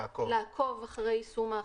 לעקוב אחרי יישום ההחלטה.